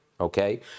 okay